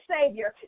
Savior